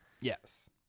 Yes